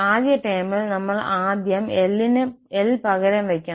ആദ്യ ടേമിൽ നമ്മൾ ആദ്യം l പകരം വയ്ക്കണം